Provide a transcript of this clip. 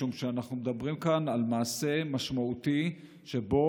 משום שאנחנו מדברים כאן על מעשה משמעותי שבו